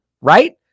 right